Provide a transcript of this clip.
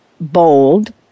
bold